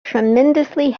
tremendously